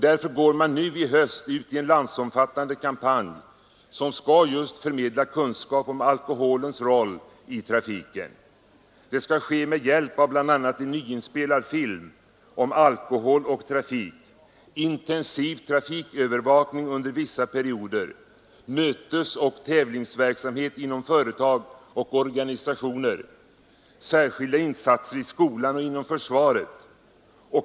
Därför går man nu i höst ut i en landsomfattande kampanj som skall just förmedla kunskap om alkoholens roll i trafiken. Det skall ske med hjälp av bl.a. en nyinspelad film om alkohol och trafik, intensiv trafikövervakning under vissa perioder, mötesoch tävlingsverksamhet inom företag och organisationer samt särskilda insatser i skolorna och inom försvaret.